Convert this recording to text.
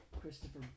Christopher